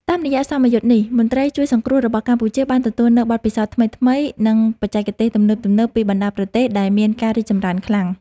តាមរយៈសមយុទ្ធនេះ មន្ត្រីជួយសង្គ្រោះរបស់កម្ពុជាបានទទួលនូវបទពិសោធន៍ថ្មីៗ និងបច្ចេកទេសទំនើបៗពីបណ្តាប្រទេសដែលមានការរីកចម្រើនខ្លាំង។